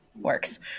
Works